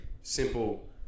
simple